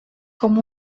com